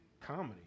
comedy